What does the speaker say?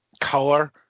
color